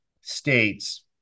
states